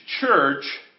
church